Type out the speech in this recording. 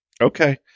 Okay